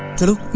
to